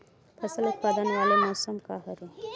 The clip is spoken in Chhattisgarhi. फसल उत्पादन वाले मौसम का हरे?